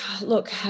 look